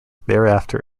thereafter